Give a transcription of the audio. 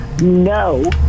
no